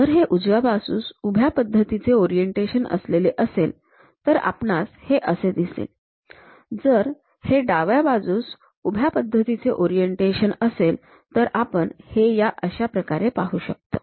जर हे उजव्या बाजूस उभ्या पद्धतीचे ओरिएंटेशन असेलेले असेल तर आपणास हे असे दिसेल जर हे डाव्या बाजूस उभ्या पद्धतीचे ओरिएंटेशन असेल तर आपण हे या अशा प्रकारे पाहू शकतो